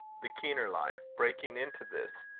the keener life, breaking into this,